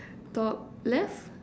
top left